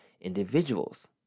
individuals